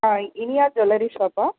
ஆ Iniya jewellery ஷாப்பா